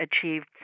achieved